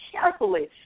carefully